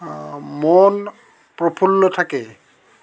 মন প্ৰফুল্ল থাকে